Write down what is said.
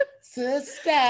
Sister